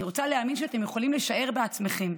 אני רוצה להאמין שאתם יכולים לשער בעצמכם: